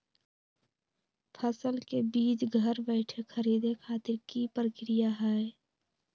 फसल के बीज घर बैठे खरीदे खातिर की प्रक्रिया हय?